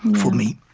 for me